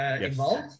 involved